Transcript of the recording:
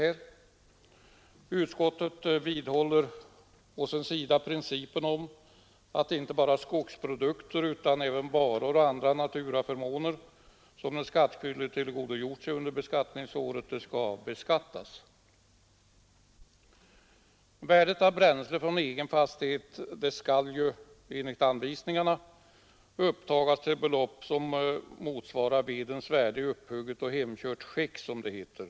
Utskottsmajoriteten vidhåller å sin sida principen om att inte bara skogsprodukter utan även varor och andra naturaförmåner, som den skattskyldige tillgodogjort sig under beskattningsåret, skall beskattas. Värdet av bränsle från egen fastighet skall enligt anvisningarna upptagas till belopp motsvarande vedens värde i upphugget och hemkört skick, som det heter.